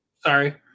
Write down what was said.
sorry